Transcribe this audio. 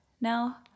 now